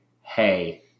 Hey